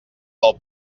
del